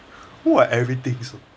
!wah! everything also